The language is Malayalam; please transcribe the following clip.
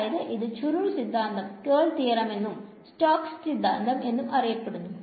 അതായത് ഇത് ചുരുൾ സിദ്ധാന്തം എന്നും സ്റ്റോക്സ് സിദ്ധാന്തംഎന്നും എന്നറിയപ്പെടുന്നു